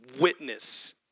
witness